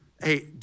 hey